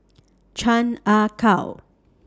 Chan Ah Kow